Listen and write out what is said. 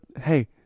hey